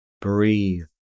breathe